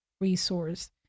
resource